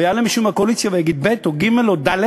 ויעלה מישהו מהקואליציה ויגיד ב' או ג' או ד',